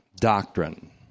doctrine